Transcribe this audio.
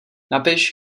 napiš